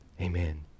Amen